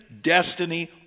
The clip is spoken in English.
destiny